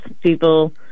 people